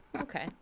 Okay